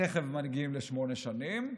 תכף מגיעים לשמונה שנים.